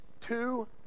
two